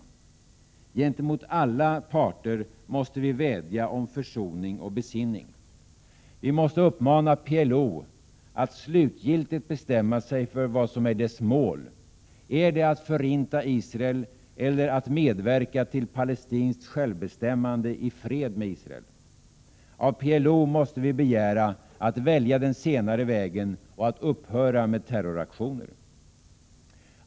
Gentemot alla parter måste vi vädja om försoning och besinning. Vi måste uppmana PLO att slutgiltigt bestämma sig för vad som är dess mål. Är det att förinta Israel eller att medverka till palestinskt självbestämmande i fred med Israel? Av PLO måste vi begära att välja den senare vägen och att upphöra med terroraktioner.